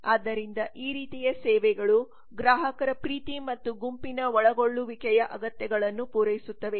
ಆದ್ದರಿಂದ ಈ ರೀತಿಯ ಸೇವೆಗಳು ಗ್ರಾಹಕರ ಪ್ರೀತಿ ಮತ್ತು ಗುಂಪಿನ ಒಳಗೊಳ್ಳುವಿಕೆಯ ಅಗತ್ಯಗಳನ್ನು ಪೂರೈಸುತ್ತವೆ